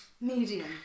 Medium